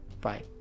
Bye